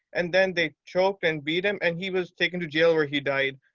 and then they choked and beat him and he was taken to jail where he died.